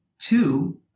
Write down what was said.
two